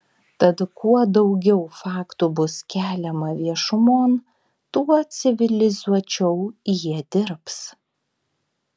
tad kuo daugiau faktų bus keliama viešumon tuo civilizuočiau jie dirbs